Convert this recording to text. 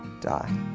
die